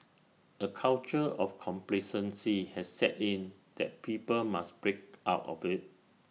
A culture of complacency has set in that people must break out of IT